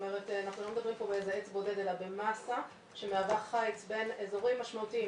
אנחנו לא מדברים בעץ בודד אלא במסה שמהווה חיץ בין אזורים משמעותיים,